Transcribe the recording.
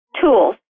tools